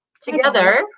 Together